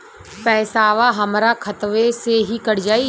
पेसावा हमरा खतवे से ही कट जाई?